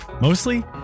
mostly